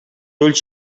ulls